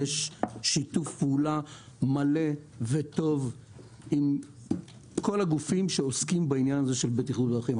יש שיתוף פעולה מלא וטוב עם כל הגופים שעוסקים בעניין בטיחות בדרכים,